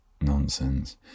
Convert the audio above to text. nonsense